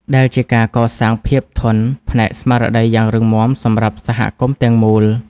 ដែលជាការកសាងភាពធន់ផ្នែកស្មារតីយ៉ាងរឹងមាំសម្រាប់សហគមន៍ទាំងមូល។